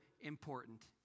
important